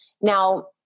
Now